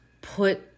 put